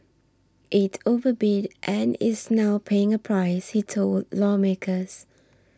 it overbid and is now paying a price he told lawmakers